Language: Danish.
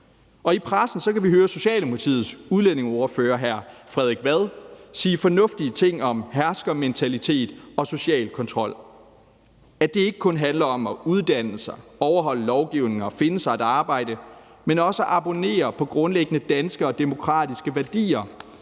I pressen kan vi høre Socialdemokratiets udlændingeordfører, hr. Frederik Vad, sige fornuftige ting om herskermentalitet og social kontrol, og at det ikke kun handler om at uddanne sig, overholde lovgivningen og finde sig et arbejde, men også abonnere på grundlæggende danske og demokratiske værdier.